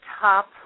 top